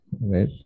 right